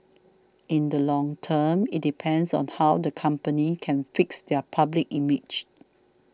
in the long term it depends on how the company can fix their public image